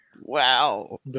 wow